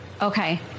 Okay